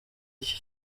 iki